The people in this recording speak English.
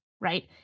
right